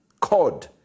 cod